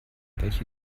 welche